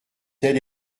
tel